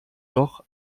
doch